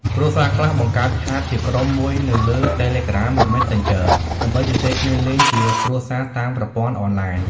គ្រួសារខ្លះបង្កើតឆាតជាក្រុមមួយនៅលើ Telegram ឬ Messenger ដើម្បីជជែកគ្នាលេងជាគ្រួសារតាមប្រព័ន្ធអនឡាញ។